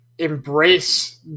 embrace